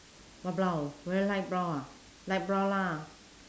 what brown very light brown ah light brown lah